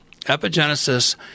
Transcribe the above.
Epigenesis